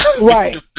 Right